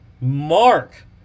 Mark